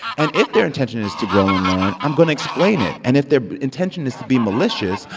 and if their intention is to grow and learn, i'm going to explain it. and if their intention is to be malicious,